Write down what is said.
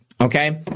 okay